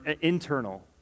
internal